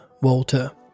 Walter